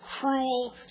cruel